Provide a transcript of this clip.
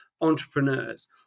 entrepreneurs